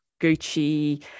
Gucci